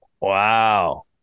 Wow